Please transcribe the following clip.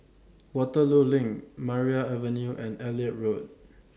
Waterloo LINK Maria Avenue and Elliot Road